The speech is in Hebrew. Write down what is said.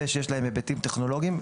ושיש להם היבטים טכנולוגיים,